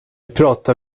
pratar